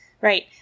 right